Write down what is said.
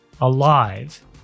alive